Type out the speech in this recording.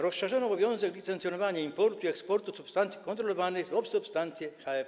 Rozszerzono obowiązek licencjonowania importu i eksportu substancji kontrolowanych o substancje HFC.